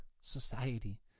society